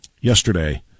Yesterday